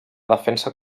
defensa